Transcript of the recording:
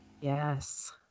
yes